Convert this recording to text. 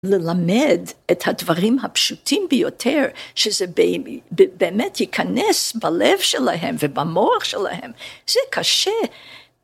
ללמד את הדברים הפשוטים ביותר, שזה באמת ייכנס בלב שלהם ובמוח שלהם, זה קשה.